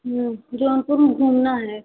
हम्म जौनपुर घूमना है